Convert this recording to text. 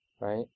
right